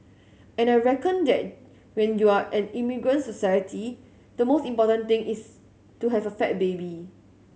and I reckon that when you're an immigrant society the most important thing is to have a fat baby